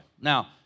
Now